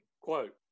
Quote